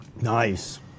Nice